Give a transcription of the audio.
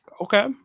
Okay